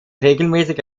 regelmäßig